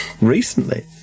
Recently